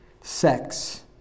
Sex